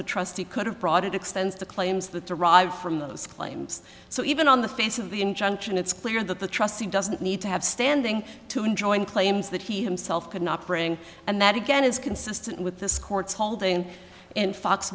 the trustee could have brought it extends to claims that derive from those claims so even on the face of the injunction it's clear that the trustee doesn't need to have standing to enjoin claims that he himself could not bring and that again is consistent with this court's holding in fox